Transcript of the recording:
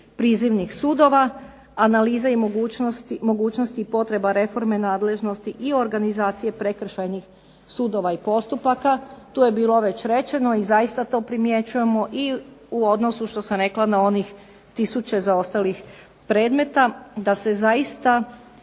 prizivnih sudova, analiza mogućnosti potreba reforme nadležnosti i organizacije prekršajnih sudova i postupaka. Tu je bilo već rečeno i zaista to primjećujemo i u odnosu što sam rekla na onih tisuće zaostalih predmeta da se zaista